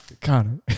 Connor